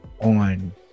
on